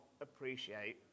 appreciate